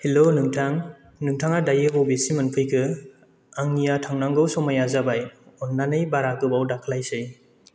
हेल' नोंथां नोंथाङा दायो बबेसिम मोनफैखो आंनिया थांनांगौ समाया जाबाय अननानै बारा गोबाव दा खालायसै